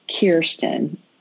Kirsten